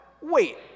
Wait